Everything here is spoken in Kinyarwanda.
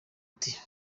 ati